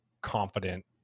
confident